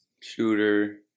Shooter